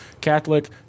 Catholic